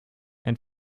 ein